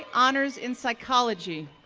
honors in psychology,